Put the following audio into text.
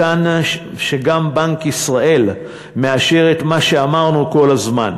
מכאן, שגם בנק ישראל מאשר את מה שאמרנו כל הזמן: